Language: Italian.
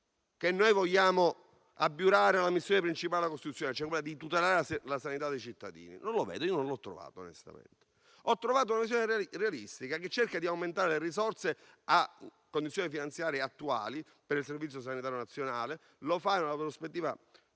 che vogliamo abiurare a una missione principale prevista dalla Costituzione, cioè quella di tutelare la salute dei cittadini. Non lo vedo, non l'ho trovato, onestamente. Ho trovato invece una visione realistica, che cerca di aumentare le risorse, alle condizioni finanziarie attuali, per il Servizio sanitario nazionale, in una prospettiva prudente,